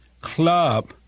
Club